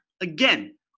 Again